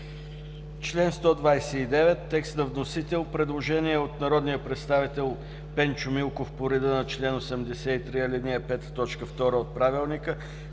чл. 129 – текст на вносител, предложение от народния представител Пенчо Милков по реда на чл. 83, ал. 5, т. 2 от Правилника